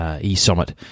e-Summit